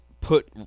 put